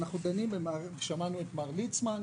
ושמענו את מר ליצמן,